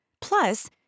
Plus